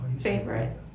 Favorite